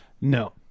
No